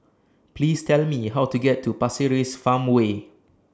Please Tell Me How to get to Pasir Ris Farmway